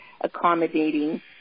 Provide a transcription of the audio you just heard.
accommodating